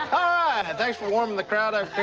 ah thanks for warming the crowd